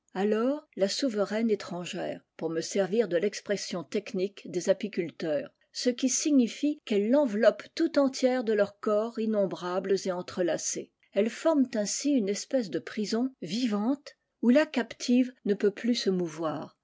alors la souveraine éiu gère pour me servir de l'expression techni des apiculteurs ce qui signifie qu'elles l'enveloppent tout entière de leurs corps innombrables et entrelacés elles forment ainsi une espèce de prison vivante où la captive ne peut plus se mouvoir